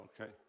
Okay